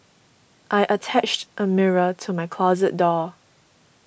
I attached a mirror to my closet door